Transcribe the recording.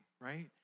right